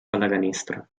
pallacanestro